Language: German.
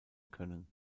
können